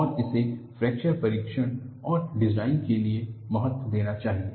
और इसे फ्रैक्चर परीक्षण और डिजाइन के लिए महत्व देना चाहिए